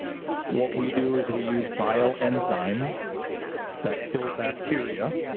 what we do is we use bio enzymes that kill bacteria,